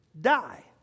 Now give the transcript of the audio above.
die